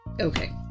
Okay